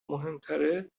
مهمتره